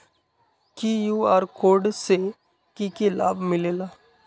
QR code से कि कि लाव मिलेला?